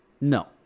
No